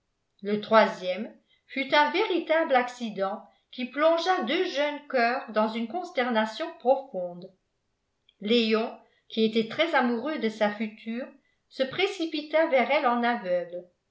le troisième fut un véritable accident qui plongea deux jeunes coeurs dans une consternation profonde léon qui était très amoureux de sa future se précipita vers elle en aveugle